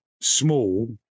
small